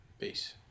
Peace